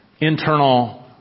internal